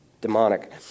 demonic